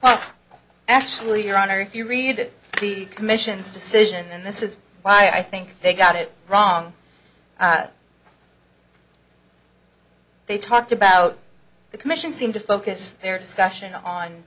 reason actually your honor if you read the commission's decision and this is why i think they got it wrong they talked about the commission seem to focus their discussion on